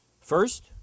First